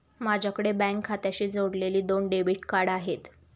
माझ्याकडे बँक खात्याशी जोडलेली दोन डेबिट कार्ड आहेत